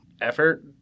effort